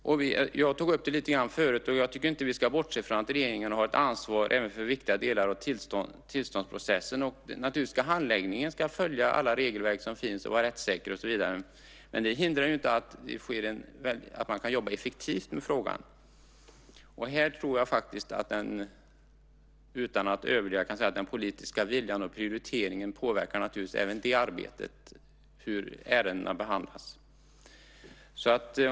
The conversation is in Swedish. Som jag tog upp lite grann förut ska vi inte bortse från att regeringen har ett ansvar även för viktiga delar av tillståndsprocessen. Naturligtvis ska handläggningen följa alla regelverk som finns, vara rättssäker och så vidare, men det hindrar ju inte att man kan jobba effektivt med frågan. Jag tror att man utan att överdriva kan säga att den politiska viljan och prioriteringen naturligtvis påverkar även det arbetet, det vill säga hur ärendena behandlas.